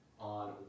on